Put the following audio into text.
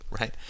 right